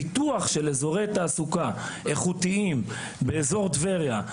פיתוח של אזורי תעסוקה איכותיים באזור טבריה,